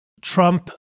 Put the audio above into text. Trump